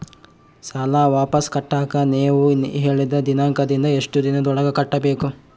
ಸಾಲ ವಾಪಸ್ ಕಟ್ಟಕ ನೇವು ಹೇಳಿದ ದಿನಾಂಕದಿಂದ ಎಷ್ಟು ದಿನದೊಳಗ ಕಟ್ಟಬೇಕು?